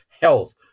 health